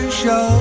show